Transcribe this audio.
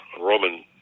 Roman